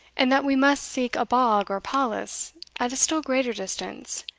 and that we must seek a bog or palus at a still greater distance,